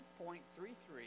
1.33